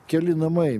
keli namai